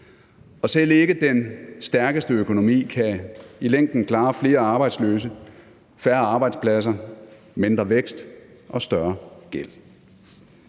og selv den stærkeste økonomi kan ikke i længden klare flere arbejdsløse, færre arbejdspladser, mindre vækst og større gæld.